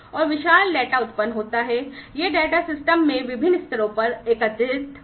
और विशाल डेटा उत्पन्न होता है यह डेटा सिस्टम में विभिन्न स्तरों पर एकत्रित होता है